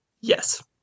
Yes